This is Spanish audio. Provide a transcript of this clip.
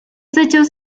hechos